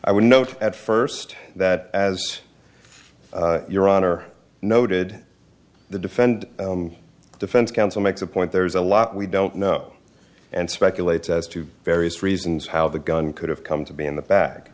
i would note at first that as your honor noted the defend defense counsel makes a point there is a lot we don't know and speculate as to various reasons how the gun could have come to be in the ba